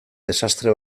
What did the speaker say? desastre